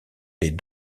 des